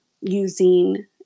using